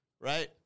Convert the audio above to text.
right